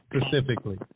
specifically